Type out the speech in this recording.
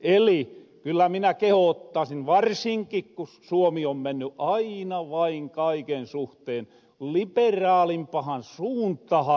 eli kyllä minä näin kehoottasin varsinkin ku suomi on mennyt aina vain kaiken suhteen liberaalimpahan suuntahan